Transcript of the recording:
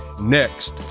next